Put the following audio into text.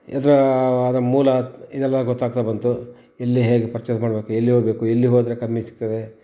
ಇದರ ಅದರ ಮೂಲ ಇದೆಲ್ಲ ಗೊತ್ತಾಗ್ತಾ ಬಂತು ಎಲ್ಲಿ ಹೇಗೆ ಪರ್ಚೇಸ್ ಮಾಡ್ಬೇಕು ಎಲ್ಲಿ ಹೋಗಬೇಕು ಎಲ್ಲಿ ಹೋದರೆ ಕಮ್ಮಿಗೆ ಸಿಗ್ತದೆ